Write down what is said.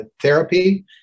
therapy